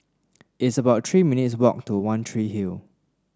it's about Three minutes' walk to One Tree Hill